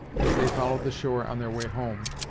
as they followed the shore on their way home,